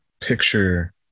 picture